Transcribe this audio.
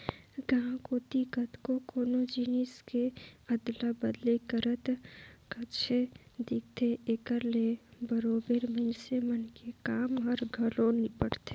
गाँव कोती कतको कोनो जिनिस के अदला बदली करत काहेच दिखथे, एकर ले बरोबेर मइनसे मन के काम हर घलो निपटथे